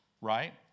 Right